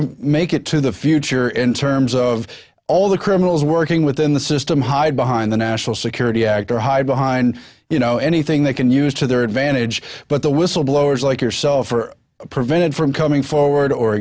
to make it to the future in terms of all the criminals working within the system hide behind the national security act or hide behind you know anything they can use to their advantage but the whistleblowers like yourself are prevented from coming forward or